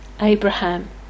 Abraham